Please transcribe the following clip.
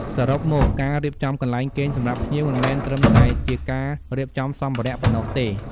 សរុបមក ការរៀបចំកន្លែងគេងសម្រាប់ភ្ញៀវមិនមែនត្រឹមតែជាការរៀបចំសម្ភារៈប៉ុណ្ណោះទេ។